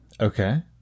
Okay